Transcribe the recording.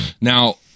Now